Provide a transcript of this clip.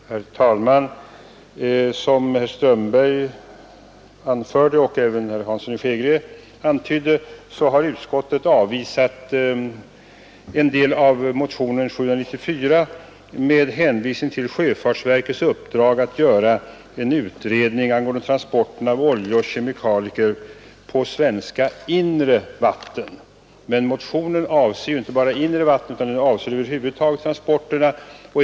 Herr talman! Som herr Strömberg anförde och även herr Hansson i Skegrie antydde har utskottet avvisat en del av motionen 794 med hänvisning till sjöfartsverkets uppdrag att göra en utredning angående transporten av olja och kemikalier på svenskt inre vatten. Men motionen avser inte bara inre vatten utan transporterna över huvud taget.